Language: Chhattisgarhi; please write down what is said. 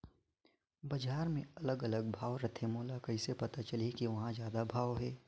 बजार मे अलग अलग भाव रथे, मोला कइसे पता चलही कि कहां जादा भाव हे?